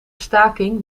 staking